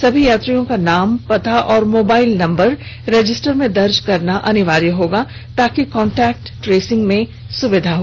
सभी यात्रियों का नाम पता और मोबाइल नंबर रजिस्टर में दर्ज करना आवश्यक होगा ताकि कांटेक्ट ट्रेसिंग में स्विधा हो